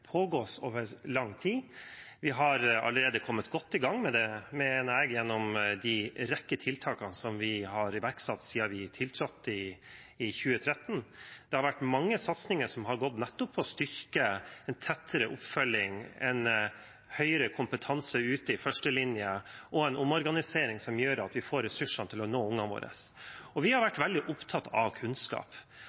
pågå over lang tid. Vi har allerede kommet godt i gang med det, mener jeg, gjennom den rekken med tiltak vi har iverksatt siden vi tiltrådte i 2013. Det har vært mange satsinger som har gått nettopp på å styrke – en tettere oppfølging, en høyere kompetanse ute i førstelinjen og en omorganisering som gjør at vi får ressursene til å nå ungene våre. Vi har vært veldig opptatt av kunnskap,